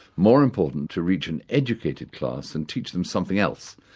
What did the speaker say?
more important to reach an educated class and teach them something else,